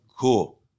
cool